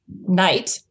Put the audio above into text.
night